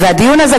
הדיון הזה,